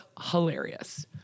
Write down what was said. hilarious